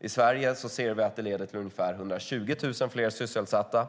I Sverige ser vi att det leder till ungefär 120 000 fler sysselsatta.